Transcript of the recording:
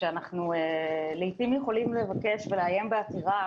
שאנחנו לעיתים יכולים לבקש ולעיין בעתירה,